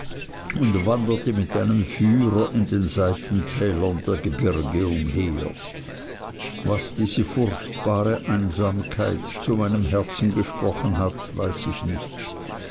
und wanderte mit einem führer in den seitentälern der gebirge umher was diese furchtbare einsamkeit zu meinem herzen gesprochen hat weiß ich nicht